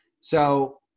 So-